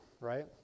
right